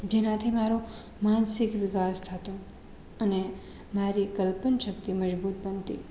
જેનાથી મારો માનસિક વિકાસ થતો અને મારી કલ્પના શક્તિ મજબૂત બનતી